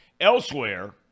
Elsewhere